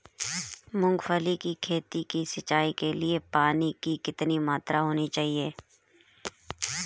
मूंगफली की खेती की सिंचाई के लिए पानी की कितनी मात्रा होनी चाहिए?